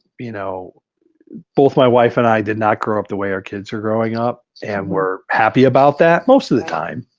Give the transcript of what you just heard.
you know both my wife and i did not grow up the way our kids are growing up and we're happy about that most of the time.